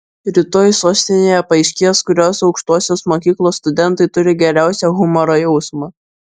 rytoj sostinėje paaiškės kurios aukštosios mokyklos studentai turi geriausią humoro jausmą